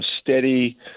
steady